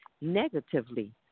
negatively